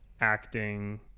acting